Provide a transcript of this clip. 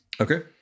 Okay